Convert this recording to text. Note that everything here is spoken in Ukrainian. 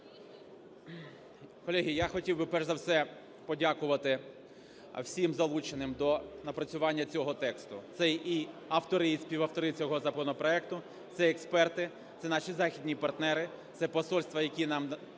Колеги, я хотів би перш за все подякувати всім залученим до напрацювання цього тексту. Це і автори, і співавтори цього законопроекту, це експерти, це наші західні партнери, це посольства, які нам